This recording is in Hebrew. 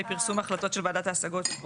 פרסום החלטות של ועדת ההשגות על פרוטוקולים.